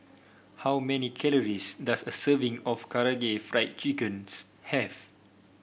how many calories does a serving of Karaage Fried Chicken's have